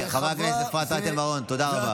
חברת הכנסת אפרת רייטן מרום, תודה רבה.